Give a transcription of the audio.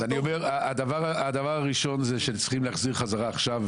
הדבר הראשון שהם צריכים להחזיר חזרה עכשיו,